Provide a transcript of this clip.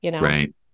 Right